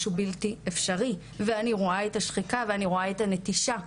משהו שהוא בלתי אפשרי ואני רואה את השחיקה ואני רואה את הנטישה.